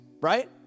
Right